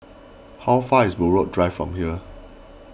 how far away is Buroh Drive from here